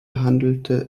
handelte